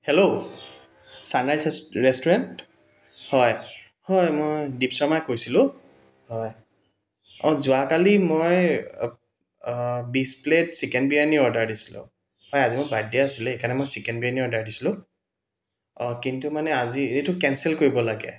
hello sunrise ৰেষ্ restaurant হয় হয় মই দীপ শৰ্মাই কৈছিলোঁ হয় অঁ যোৱাকালি মই বিছ প্লেট চিকেন বিৰিয়ানী অৰ্ডাৰ দিছিলোঁ হয় আজি মোৰ বাৰ্থডে' আছিলে সেইকাৰণে মই চিকেন বিৰিয়ানী অৰ্ডাৰ দিছিলোঁ কিন্তু মানে এইটো কেনচেল কৰিব লাগে